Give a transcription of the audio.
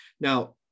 now